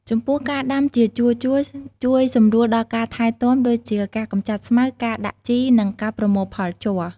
ចំពោះការដាំជាជួរៗជួយសម្រួលដល់ការថែទាំ ដូចជាការកម្ចាត់ស្មៅ ការដាក់ជី និងការប្រមូលផលជ័រ។